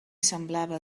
semblava